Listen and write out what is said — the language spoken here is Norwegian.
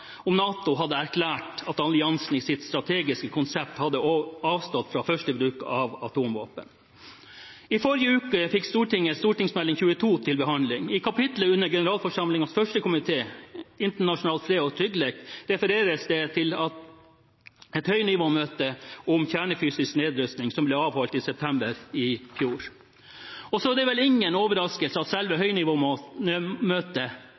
at NATO hadde erklært at alliansen i sitt strategiske konsept hadde avstått fra førstebruk av atomvåpen. I forrige uke fikk Stortinget Meld. St. 22 for 2013–2014 til behandling. I kapittelet under generalforsamlingens 1. komité, internasjonal fred og trygghet, refereres det til et høynivåmøte om kjernefysisk nedrustning som ble avholdt i september i fjor. Så er det vel ingen overraskelse at